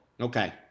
okay